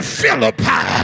Philippi